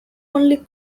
only